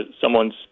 someone's